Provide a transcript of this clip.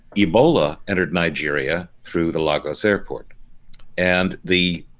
ebola entered nigeria through the lagos airport and the